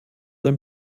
ein